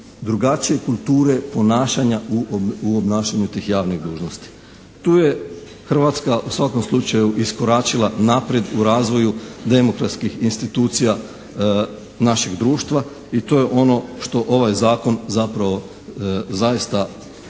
drugačije kulture ponašanja u obnašanju tih javnih dužnosti. Tu je Hrvatska u svakom slučaju iskoračila naprijed u razvoju demokratskih institucija našeg društva i to je ono što ovaj zakon zapravo zaista u